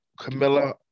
Camilla